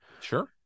Sure